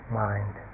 mind